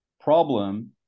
problem